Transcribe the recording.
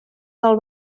del